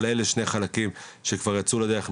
אבל אלה שני חלקים שכבר יצאו לדרך,